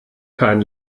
kein